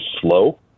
slow